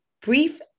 brief